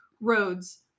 roads